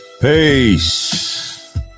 Peace